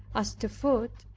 as to food,